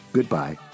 Goodbye